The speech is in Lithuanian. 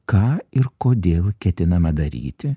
ką ir kodėl ketinama daryti